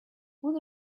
would